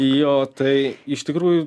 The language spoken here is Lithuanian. jo tai iš tikrųjų